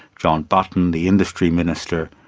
john button the industry minister,